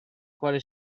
quale